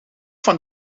van